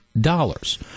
dollars